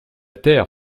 terre